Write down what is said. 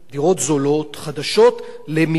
לשיווק למגזר אחד בלבד?